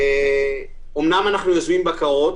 אמנם אנחנו עושים בקרות